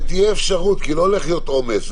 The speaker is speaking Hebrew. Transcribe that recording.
שתהיה אפשרות כי לא הולך להיות עומס.